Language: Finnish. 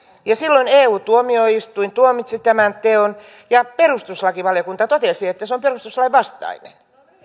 ja silloin eu tuomioistuin tuomitsi tämän teon ja perustuslakivaliokunta totesi että se on perustuslain vastainen